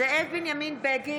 זאב בנימין בגין,